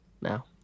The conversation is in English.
now